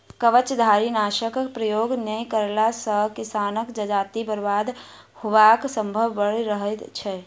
कवचधारीनाशकक प्रयोग नै कएला सॅ किसानक जजाति बर्बाद होयबाक संभावना बढ़ल रहैत छै